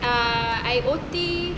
ah I O_T